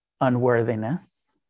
unworthiness